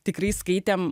tikrai skaitėme